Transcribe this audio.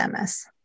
MS